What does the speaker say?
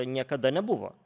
niekada nebuvo